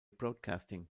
broadcasting